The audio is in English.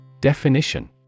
Definition